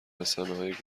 رسانههای